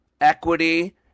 Equity